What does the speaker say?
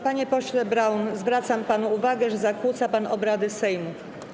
Panie pośle Braun, zwracam panu uwagę, że zakłóca pan obrady Sejmu.